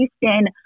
Houston